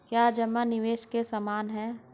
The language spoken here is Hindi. क्या जमा निवेश के समान है?